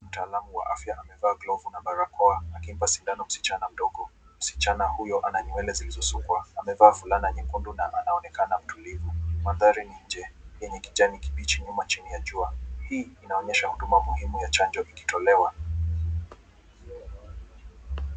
Mtaalamu wa afya amevaa glovu na barako akimpa sindano msichana mdogo. Msichana huyo ana nywele zilizosukwa, amevaa fulana nyekundu na anaonekana mtulivu. Mandhari ni nje, yenye kijani kibichi nyuma chini ya jua. Hii inaonyesha huduma muhimu ya chanjo ikitolewa.